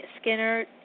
Skinner